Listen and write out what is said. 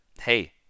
Hey